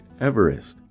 Everest